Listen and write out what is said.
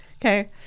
Okay